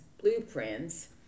blueprints